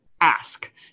ask